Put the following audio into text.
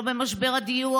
לא במשבר הדיור,